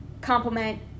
compliment